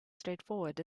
straightforward